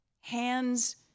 hands